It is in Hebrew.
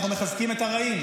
אנחנו מחזקים את הרעים.